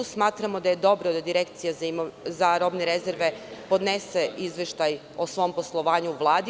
Smatramo da je dobro da Direkcija za robne rezerve podnese izveštaj o svom poslovanju Vladi.